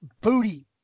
Booty